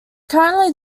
currently